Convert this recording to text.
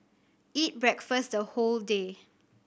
eat breakfast the whole day